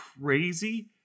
crazy